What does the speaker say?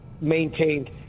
maintained